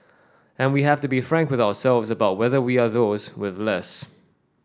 and we have to be frank with ourselves about whether we are those with less